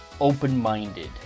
open-minded